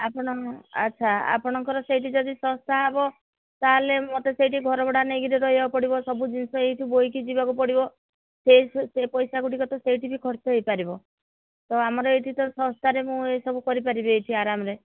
ଆପଣ ଆଚ୍ଛା ଆପଣଙ୍କର ସେଇଠି ଯଦି ଶସ୍ତା ହେବ ତା'ହେଲେ ମୋତେ ସେଇଠି ଘରଭଡ଼ା ନେଇକି ରହିବାକୁ ପଡ଼ିବ ସବୁ ଜିନିଷ ଏଇଠୁ ବୋହିକି ଯିବାକୁ ପଡ଼ିବ ସେ ସେ ପଇସା ଗୁଡ଼ିକ ତ ସେଇଠି ବି ଖର୍ଚ୍ଚ ହୋଇପାରିବ ତ ଆମର ଏଇଠି ତ ଶସ୍ତାରେ ମୁଁ ଏଇସବୁ କରିପାରିବି ଏଇଠି ଆରାମରେ